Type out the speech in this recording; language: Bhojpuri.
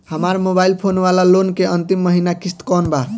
हमार मोबाइल फोन वाला लोन के अंतिम महिना किश्त कौन बा?